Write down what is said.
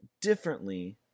differently